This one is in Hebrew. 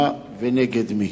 מה הם, ונגד מי?